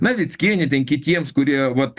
navickienei ten tiems kurie vat